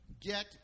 get